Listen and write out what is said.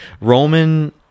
Roman